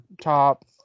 top